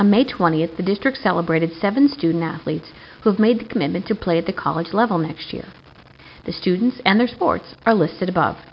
on may twentieth the district celebrated seven student athletes who have made the commitment to play at the college level next year the students and their sports are listed above